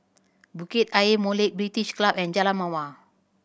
Bukit Ayer Molek British Club and Jalan Mawar